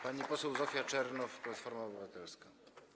Pani poseł Zofia Czernow, Platforma Obywatelska.